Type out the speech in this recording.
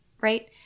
right